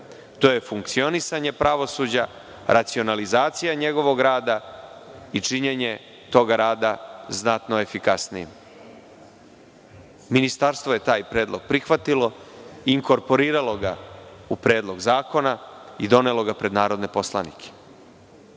funkcionisanje pravosuđa, racionalizacija njegovog rada i činjenje znatno efikasnijim. Ministarstvo je taj predlog prihvatilo i inkorporiraloga u Predlog zakona i donelo ga pred narodne poslanike.U